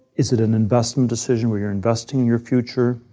is it an investment decision where you're investing in your future?